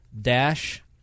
dash